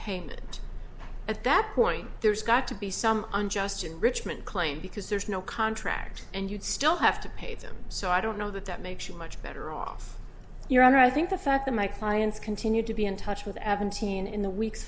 payment at that point there's got to be some unjust enrichment claim because there's no contract and you'd still have to pay them so i don't know that that makes you much better off your honor i think the fact that my clients continued to be in touch with evan teen in the weeks